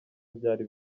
byari